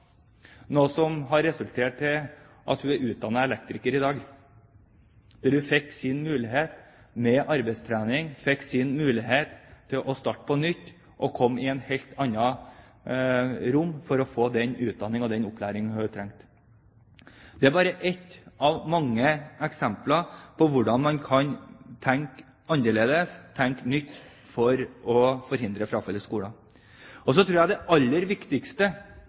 noe som har resultert i at hun er utdannet elektriker i dag. Hun fikk sin mulighet med arbeidstrening, fikk sin mulighet til å starte på nytt og komme i et helt annet rom for å få den utdanningen og opplæringen hun trengte. Det er bare ett av mange eksempler på hvordan man kan tenke annerledes, tenke nytt for å forhindre frafall i skolen. Så tror jeg det aller viktigste